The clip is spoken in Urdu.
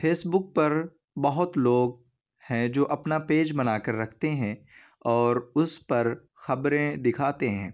فیس بک پر بہت لوگ ہیں جو اپنا پیج بنا کر رکھتے ہیں اور اس پر خبریں دکھاتے ہیں